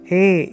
Hey